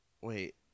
Wait